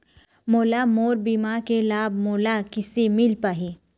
मोला मोर बीमा के लाभ मोला किसे मिल पाही?